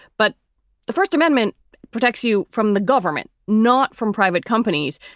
but the first amendment protects you from the government, not from private companies.